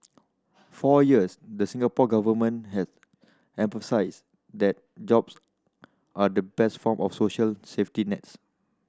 for years the Singapore Government has emphasised that jobs are the best form of social safety nets